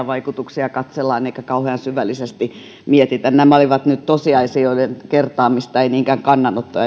vaikutuksia katsellaan eikä kauhean syvällisesti mietitä nämä olivat nyt tosiasioiden kertaamista eivät niinkään kannanottoja